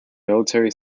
military